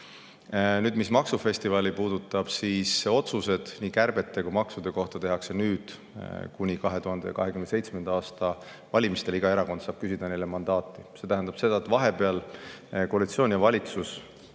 [omane].Mis maksufestivali puudutab, siis otsused nii kärbete kui ka maksude kohta tehakse nüüd ja 2027. aasta valimistel saavad erakonnad küsida neile mandaati. See tähendab, et vahepeal koalitsioon ja valitsus